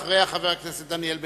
אחריה, חבר הכנסת דניאל בן-סימון.